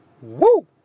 Woo